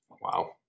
Wow